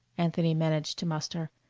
anthony managed to muster,